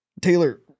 Taylor